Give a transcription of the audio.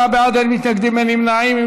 54 בעד, אין מתנגדים, אין נמנעים.